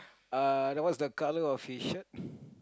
uh then what's the colour of his shirt